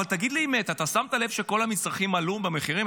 אבל תגיד לי את האמת: אתה שמת לב שכל המצרכים עלו במחירים?